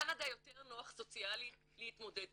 קנדה יותר נוח סוציאלית להתמודד,